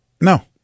No